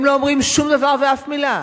הם לא אומרים שום דבר ואף מלה.